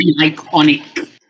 iconic